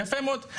יפה מאוד.